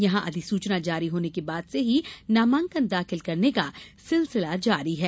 यहां अधिसूचना जारी होने के बाद से ही नामांकन दाखिल करने का सिलसिला जारी है